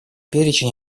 перечень